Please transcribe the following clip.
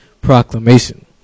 Proclamation